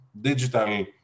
digital